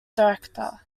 director